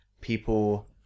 people